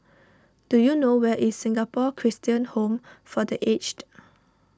do you know where is Singapore Christian Home for the Aged